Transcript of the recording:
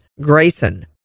Grayson